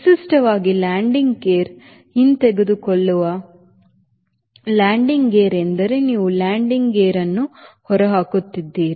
ವಿಶಿಷ್ಟವಾಗಿ landing gear ಹಿಂತೆಗೆದುಕೊಳ್ಳುವ landing gear ಎಂದರೆ ನೀವು ಲ್ಯಾಂಡಿಂಗ್ ಗೇರ್ ಅನ್ನು ಹೊರಹಾಕುತ್ತಿದ್ದೀರಿ